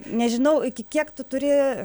nežinau iki kiek tu turi